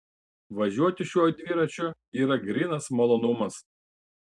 važiuoti su šiuo dviračiu yra grynas malonumas